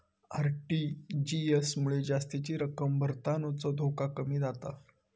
RTGS मुळे जास्तीची रक्कम भरतानाचो धोको कमी जाता